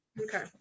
Okay